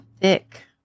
thick